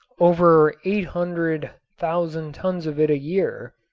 over eight hundred thousand tons of it a year,